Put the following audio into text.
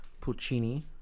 Puccini